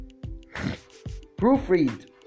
Proofread